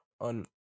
on